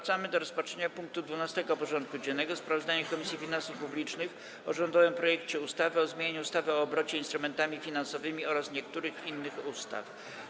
Powracamy do rozpatrzenia punktu 12. porządku dziennego: Sprawozdanie Komisji Finansów Publicznych o rządowym projekcie ustawy o zmianie ustawy o obrocie instrumentami finansowymi oraz niektórych innych ustaw.